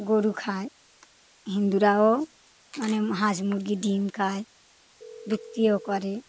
গরু খায় হিন্দুরাও মানে হাঁস মুরগি ডিম খায় বিক্রিও করে